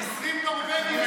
לשלום עכשיו, חבר הכנסת בן גביר.